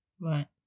Right